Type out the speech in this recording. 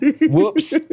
Whoops